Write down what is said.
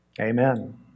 Amen